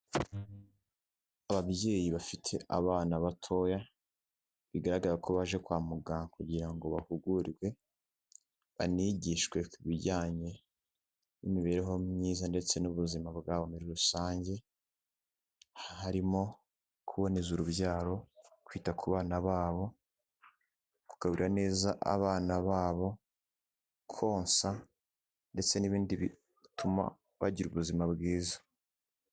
Ababyeyi bafite abana batoya bigaragara ko baje kwa muganga kugira ngo bahugurirwe banigishwe ku bijyanye n'imibereho myiza, ndetse n'ubuzima bwabo muri rusange harimo kuboneza urubyaro, kwita ku bana babo, kugaburira neza abana babo, konsa, ndetse n'ibindi bituma bagira ubuzima bwiza.